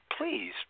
please